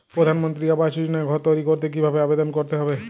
প্রধানমন্ত্রী আবাস যোজনায় ঘর তৈরি করতে কিভাবে আবেদন করতে হবে?